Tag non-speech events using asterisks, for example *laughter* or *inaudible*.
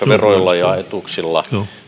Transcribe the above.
*unintelligible* veroilla ja etuuksilla